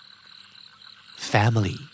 family